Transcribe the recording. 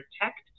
protect